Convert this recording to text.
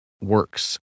works